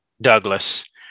Douglas